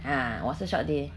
ah 我是 short D